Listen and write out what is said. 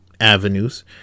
avenues